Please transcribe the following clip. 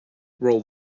roll